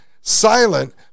silent